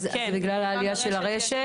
אז בגלל העלייה ברשת?